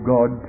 God